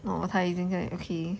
oh 他已经在 okay